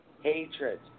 hatred